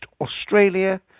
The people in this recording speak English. Australia